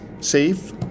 safe